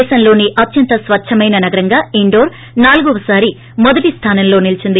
దేశంలోసే అత్యంత స్వచ్చమైన నగరంగా ఇండోర్ నాలుగో సారి మొదటి స్లానంలో నిలీచింది